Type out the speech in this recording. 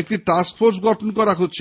একটি টাস্কফোর্স গঠন করা হচ্ছে